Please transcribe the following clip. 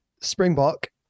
Springbok